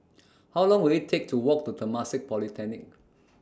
How Long Will IT Take to Walk to Temasek Polytechnic